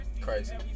Crazy